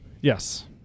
Yes